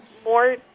more